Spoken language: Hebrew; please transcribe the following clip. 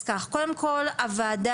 אז ככה קודם כל הועדה